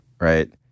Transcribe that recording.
right